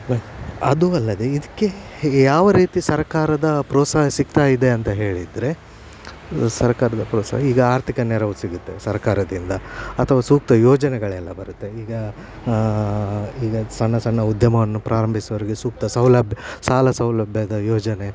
ಅದು ಅಲ್ಲದೆ ಇದಕ್ಕೆ ಯಾವ ರೀತಿ ಸರಕಾರದ ಪ್ರೋತ್ಸಾಹ ಸಿಗ್ತಾ ಇದೆ ಅಂತ ಹೇಳಿದರೆ ಸರ್ಕಾರದ ಪ್ರೋತ್ಸಾಹ ಈಗ ಆರ್ಥಿಕ ನೆರವು ಸಿಗುತ್ತೆ ಸರ್ಕಾರದಿಂದ ಅಥವಾ ಸೂಕ್ತ ಯೋಜನೆಗಳೆಲ್ಲ ಬರುತ್ತೆ ಈಗ ಈಗ ಸಣ್ಣ ಸಣ್ಣ ಉದ್ಯಮವನ್ನು ಪ್ರಾರಂಭಿಸುವವರಿಗೆ ಸೂಕ್ತ ಸೌಲಭ್ಯ ಸಾಲ ಸೌಲಭ್ಯದ ಯೋಜನೆ